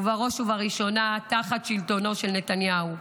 ובראש ובראשונה תחת שלטונו של נתניהו.